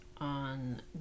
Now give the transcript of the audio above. on